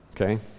okay